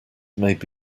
made